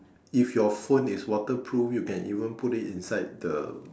if your water phone is water proof you can even put it inside the